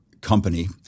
company